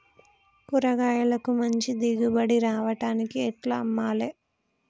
కూరగాయలకు మంచి దిగుబడి రావడానికి ఎట్ల అమ్మాలే?